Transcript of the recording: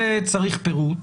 זה צריך פירוט,